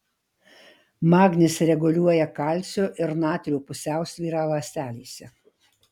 magnis reguliuoja kalcio ir natrio pusiausvyrą ląstelėse